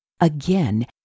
Again